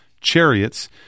chariots